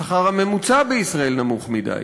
השכר הממוצע בישראל נמוך מדי.